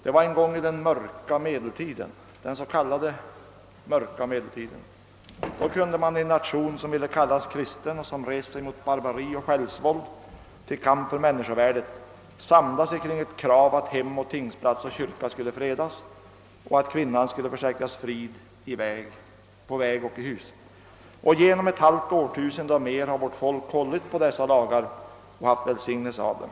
Det var en gång i den mörka medeltiden — den s.k. mörka medeltiden. Då kunde man i en nation, som ville kallas kristen och som rest sig mot barbari och självsvåld till kamp för människovärdet, samlas kring ett krav att hem och tingsplats och kyrka skulle fredas och att kvinnan skulle försäkras frid på väg och i hus. Genom ett halvt årtusende — ja, ännu längre — har vårt folk hållit på dessa lagar och haft välsignelse av dem.